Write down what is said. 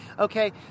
Okay